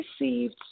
received